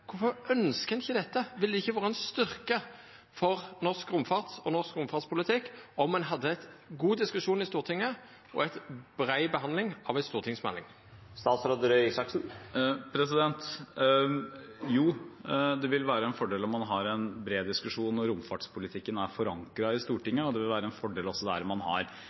Kvifor ønskjer ein ikkje dette? Ville det ikkje ha vore ein styrke for norsk romfart og norsk romfartspolitikk om ein hadde ein god diskusjon i Stortinget og ei brei behandling av ei stortingsmelding? Jo, det vil være en fordel om man har en bred diskusjon og romfartspolitikken er forankret i Stortinget, og det vil også der være en fordel om man har